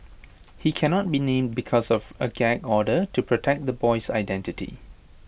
he cannot be named because of A gag order to protect the boy's identity